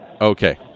Okay